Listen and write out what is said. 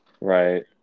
Right